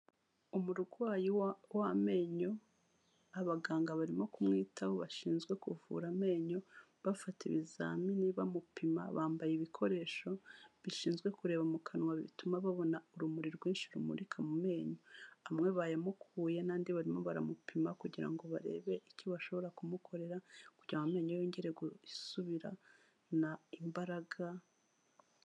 Umurwayi w'amenyo abaganga barimo kumwitaho bashinzwe kuvura amenyo, bafata ibizamini bamupima bambaye ibikoresho bishinzwe kureba mu kanwa bituma babona urumuri rwinshi rumurika mu menyo. Amwe bayamukuye n'andi barimo baramupima kugira ngo barebe icyo bashobora kumukorera kugira amenyo yongere gusubirana imbaraga...